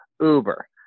Uber